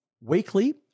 weekly